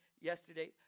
yesterday